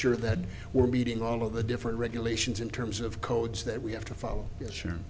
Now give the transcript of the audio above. sure that we're meeting all of the different regulations in terms of codes that we have to follow it sure